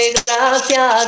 gracias